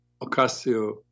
Ocasio